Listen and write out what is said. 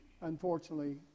Unfortunately